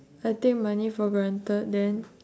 I take money for granted then